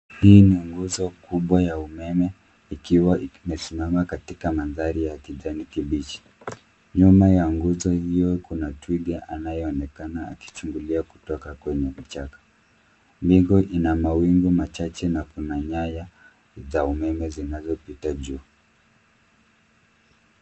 Hii ni nguzo kubwa ya umeme ikiwa imesimama katika mandhari ya kijani kibichi. Nyuma ya nguzo hio kuna twiga anayeonekana akichungulia kutoka kwenye kichaka. Mbingu ina mawingu machache na kuna nyaya za umeme zinazopita juu.